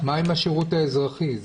מה עם השירות האזרחי?